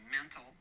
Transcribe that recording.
mental